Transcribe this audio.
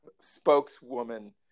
spokeswoman